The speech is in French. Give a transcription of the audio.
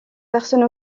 personne